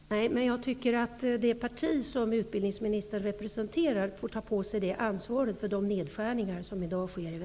Fru talman! Nej, men jag tycker att det parti som utbildningsministern representerar får ta på sig ansvaret för de nedskärningar som i dag sker i